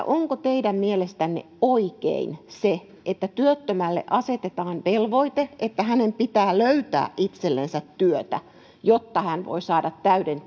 onko teidän mielestänne oikein se että työttömälle asetetaan velvoite että hänen pitää löytää itsellensä työtä jotta hän voi saada täyden